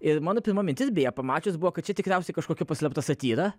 ir mano pirma mintis beje pamačius buvo kad čia tikriausiai kažkokia paslėpta satyra